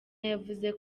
yavuze